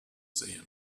sehen